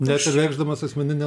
net ir reikšdamas asmeninę